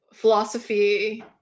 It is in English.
philosophy